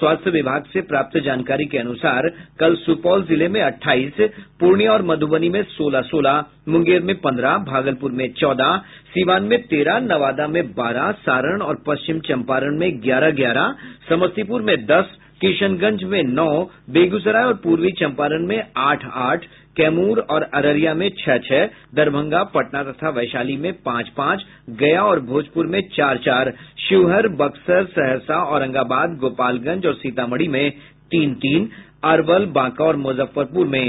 स्वास्थ्य विभाग से प्राप्त जानकारी के अनुसार कल सुपौल जिले में अठाईस पूर्णिया और मुधबनी में सोलह सोलह मुंगेर में पंद्रह भागलपुर में चौदह सिवान में तेरह नवादा में बारह सारण और पश्चिम चंपारण में ग्यारह ग्यारह समस्तीपूर में दस किशनगंज में नौ बेगूसराय और पूर्वी चंपारण में आठ आठ कैमूर और अररिया में छह छह दरभंगा पटना तथा वैशाली में पांच पांच गया और भोजपूर में चार चार शिवहर बक्सर सहरसा औरंगाबाद गोपालगंज और सीतामढ़ी में तीन तीन अरवल बांका और मुजफ्फरपुर में